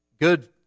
good